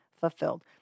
fulfilled